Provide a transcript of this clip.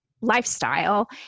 lifestyle